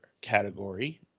category